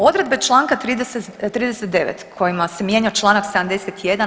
Odredbe članka 39. kojima se mijenja članak 71.